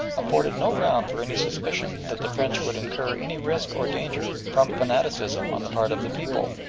afforded no ground for any suspicion that the french would incur any risk or danger from fanaticism on the part of the people.